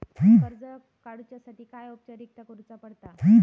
कर्ज काडुच्यासाठी काय औपचारिकता करुचा पडता?